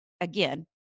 Again